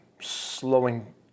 Slowing